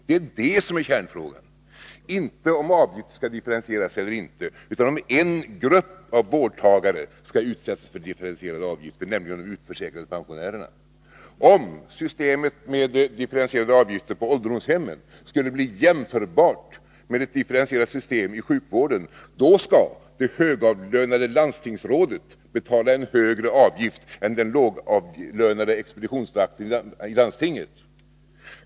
Det är det som är kärnfrågan — inte om avgiften skall differentieras eller inte, utan om en grupp av vårdtagare skall utsättas för differentierade avgifter, nämligen de utförsäkrade pensionärerna. Om systemet med differentierade avgifter på ålderdomshemmen skall bli jämförbart med ett differentierat system i sjukvården, då skall det högavlönade landstingsrådet betala en högre avgift än den lågavlönade expeditionsvakten i landstinget.